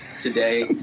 today